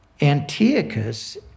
Antiochus